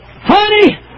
Honey